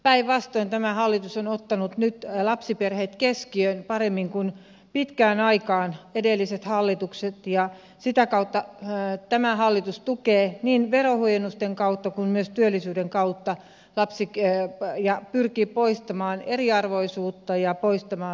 päinvastoin tämä hallitus on ottanut nyt lapsiperheet keskiöön paremmin kuin pitkään aikaan edelliset hallitukset ja sitä kautta tämä hallitus tukee lapsiperheitä niin verohuojennusten kautta kuin myös työllisyyden kautta ja pyrkii poistamaan eriarvoisuutta ja poistamaan lapsiperheköyhyyttä